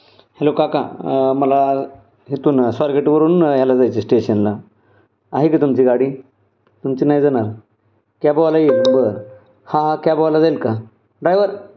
hello काका मला हेतूनं स्वारगेटवरून याला जायचे स्टेशनला आहे का तुमची गाडी तुमची नाही जाणार कॅबवाला येईल बरं हा हा कॅबवाला जाईल का ड्रायवर